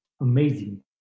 amazing